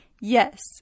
yes